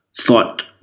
thought